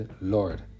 Lord